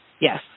Yes